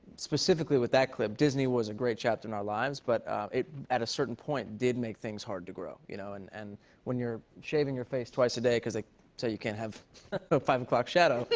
specifically, with that clip, disney was a great chapter in our lives, but at a certain point, did make things hard to grow, you know? and and when you're shaving your face twice a day cause they say you can't have a five o'clock shadow.